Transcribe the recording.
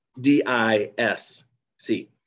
D-I-S-C